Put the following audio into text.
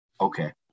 Okay